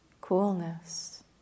coolness